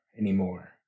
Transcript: anymore